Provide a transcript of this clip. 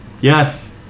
Yes